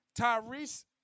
Tyrese